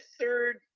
third